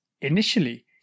Initially